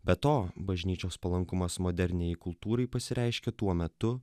be to bažnyčios palankumas moderniajai kultūrai pasireiškia tuo metu